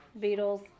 Beatles